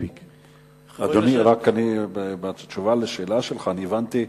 אדוני, בתשובה על השאלה שלך הבנתי,